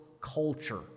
culture